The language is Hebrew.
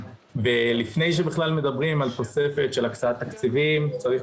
לפני שבכלל מדברים על תוספת של הקצאת תקציבים צריך